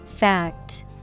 Fact